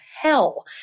hell